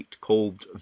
called